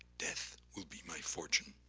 death will be my fortune.